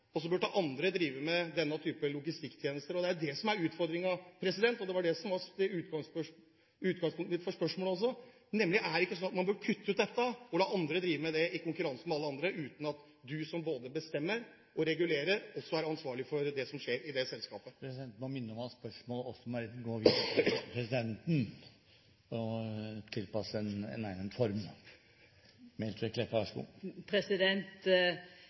og så burde andre drive med denne typen logistikktjenester. Det er dette som er utfordringen. Det var også det som var utgangspunktet for spørsmålet, nemlig: Bør man ikke kutte ut dette og la andre drive med slikt, i konkurranse med alle andre, uten at du, som både bestemmer og regulerer, er ansvarlig for det som skjer i det selskapet? Presidenten må minne om at spørsmål må gå via presidenten – tilpasset en egnet form.